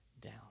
down